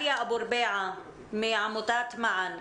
עליא אבו רביעה, מעמותת "מען".